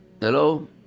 Hello